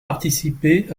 participé